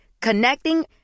Connecting